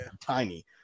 tiny